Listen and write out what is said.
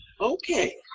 Okay